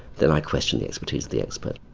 then i question the expertise of the expert.